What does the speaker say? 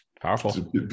powerful